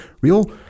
real